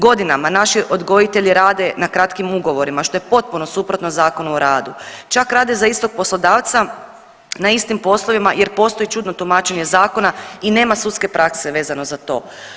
Godinama naši odgojitelji rade na kratkim ugovorima što je potpuno suprotno Zakonu o radu, čak rade za istog poslodavca na istim poslovima jer postoji čudno tumačenje zakona i nema sudske prakse vezano za to.